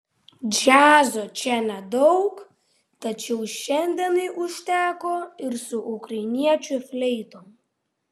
džiazo čia nedaug tačiau šiandienai užteko ir ukrainiečių su fleitom